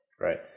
Right